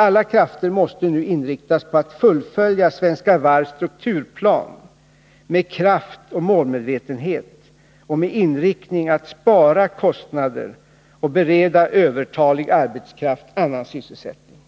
Alla krafter måste nu inriktas på att fullfölja Svenska Varvs strukturplan med kraft och målmedvetenhet och med inriktningen att spara kostnader och att bereda övertalig arbetskraft annan sysselsättning.